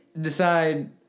decide